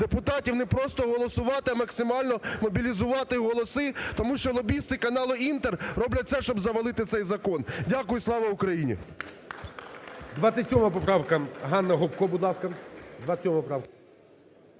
депутатів не просто голосувати, а максимально мобілізувати голоси, тому що лобісти каналу "Інтер" роблять все, щоб завалити цей закон. Дякую. Слава Україні!